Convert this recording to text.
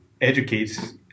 educates